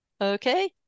Okay